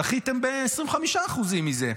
זכיתם ב-25% מזה.